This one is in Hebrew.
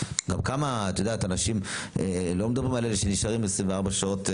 אנחנו לא מדברים על אלה שנשארים 24 שעות.